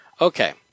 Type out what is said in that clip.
Okay